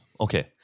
Okay